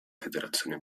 federazione